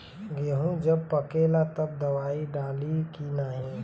गेहूँ जब पकेला तब दवाई डाली की नाही?